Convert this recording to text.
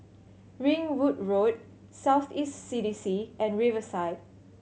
Ringwood Road South East C D C and Riverside